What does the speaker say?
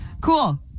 Cool